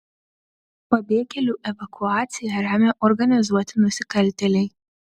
pabėgėlių evakuaciją remia organizuoti nusikaltėliai